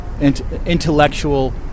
intellectual